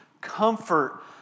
comfort